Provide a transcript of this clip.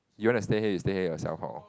you want to stay here you stay here yourself hor